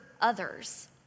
others